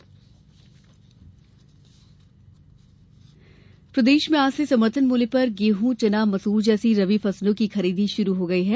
ई उपार्जन प्रदेश में आज से समर्थन मूल्य पर गेहूं चना मसूर जैसी रबी फसलों की खरीदी शुरू हो गई है